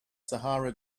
sahara